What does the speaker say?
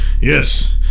Yes